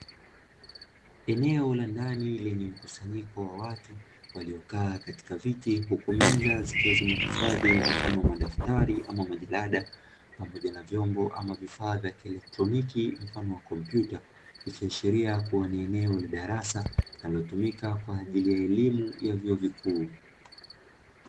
Eneo la ndani lenye mkusanyiko wa watu waliokaa katika viti huku meza, zikiwa zimehifadhi mfano wa madaftari ama majalada pamoja na vyombo ama vifaa vya kielekroniki mfano wa komputa ikiashiria kuwa ni eneo la darasa linalotumika kwaajili ya elimu ya chuo kikuu.